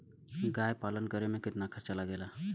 गाय पालन करे में कितना खर्चा लगेला?